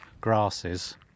grasses